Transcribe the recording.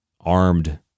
armed